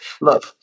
look